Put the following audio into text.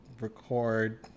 record